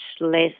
less